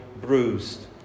bruised